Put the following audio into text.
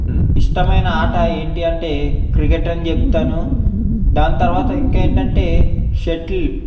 ఇష్టమైన ఆట ఏంటి అంటే క్రికెట్ అని చెప్తాను దాని తరువాత ఇంకా ఏంటంటే షటిల్